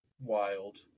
Wild